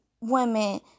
women